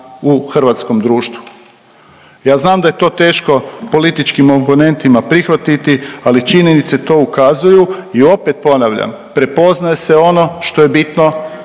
u hrvatskom društvu. Ja znam da je to teško političkim oponentima prihvatiti ali činjenice to ukazuju i opet ponavljam prepoznaje se ono što je bitno